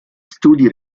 studi